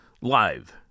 live